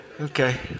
Okay